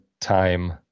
time